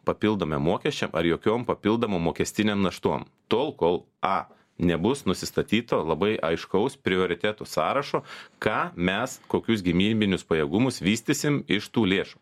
papildomiem mokesčiam ar jokiom papildomom mokestinėm naštom tol kol a nebus nusistatyto labai aiškaus prioritetų sąrašo ką mes kokius gynybinius pajėgumus vystysim iš tų lėšų